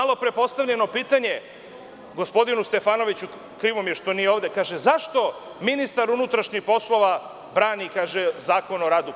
Malopre je postavljeno pitanje gospodinu Stefanoviću, krivo mi je što nije ovde – zašto ministar unutrašnjih poslova brani Zakon o radu?